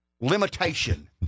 limitation